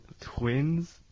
twins